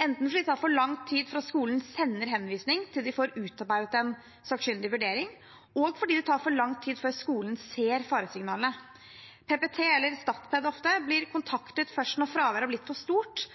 enten fordi det tar for lang tid fra skolen sender henvisning, til de får utarbeidet en sakkyndig vurdering, eller fordi det tar for lang tid før skolen ser faresignalene. PPT eller Statped blir ofte kontaktet først når fraværet er blitt for stort,